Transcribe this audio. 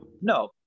No